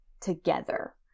together